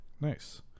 Nice